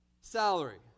salary